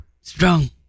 Strong